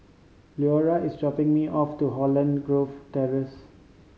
Lurena is dropping me off to Holland Grove Terrace